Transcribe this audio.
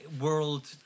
world